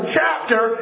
chapter